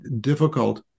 difficult